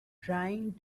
trying